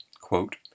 quote